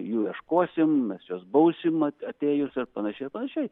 jų ieškosim mes juos bausim mat atėjus ir panašiai ir panašiai